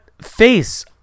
face